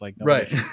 Right